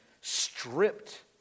stripped